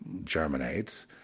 germinates